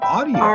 Audio